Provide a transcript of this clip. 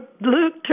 Luke